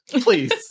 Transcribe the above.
please